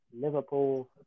Liverpool